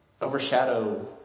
overshadow